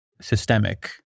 systemic